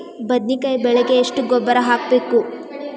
ಬದ್ನಿಕಾಯಿ ಬೆಳಿಗೆ ಎಷ್ಟ ಗೊಬ್ಬರ ಹಾಕ್ಬೇಕು?